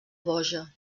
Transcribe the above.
boja